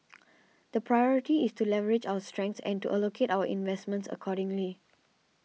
the priority is to leverage our strengths and to allocate our investments accordingly